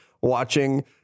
watching